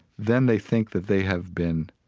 then they think that they have been